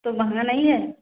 तो महंगा नहीं है